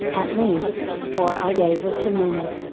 at least, for our day was cemented.